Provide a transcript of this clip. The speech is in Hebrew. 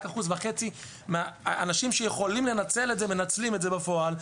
רק 1.5% מהאנשים שיכולים לנצל את זה מנצלים את זה בפועל.